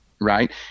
Right